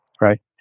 right